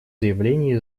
заявление